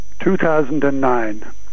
2009